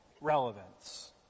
relevance